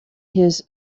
his